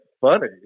funny